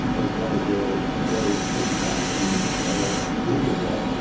as well as your very exacting legal job,